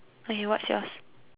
okay what's yours